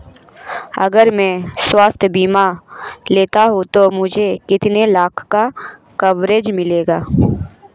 अगर मैं स्वास्थ्य बीमा लेता हूं तो मुझे कितने लाख का कवरेज मिलेगा?